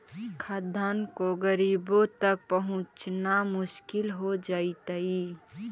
खाद्यान्न को गरीबों तक पहुंचाना मुश्किल हो जइतइ